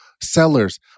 Sellers